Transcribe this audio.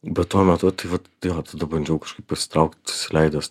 bet tuo metu tai vat jo tada bandžiau kažkaip pasitraukt leidaus